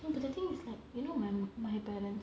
no but the thing is like you know m~ my parents